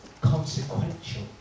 consequential